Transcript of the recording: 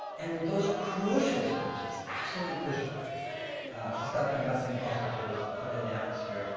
and those are crucial solutions, absolutely crucial to stop combusting fossil fuels and put in the atmosphere,